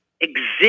exist